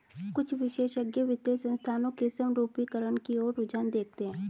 कुछ विशेषज्ञ वित्तीय संस्थानों के समरूपीकरण की ओर रुझान देखते हैं